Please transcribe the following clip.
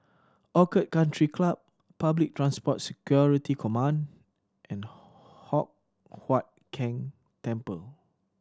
Orchid Country Club Public Transport Security Command and Hock Huat Keng Temple